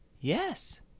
Yes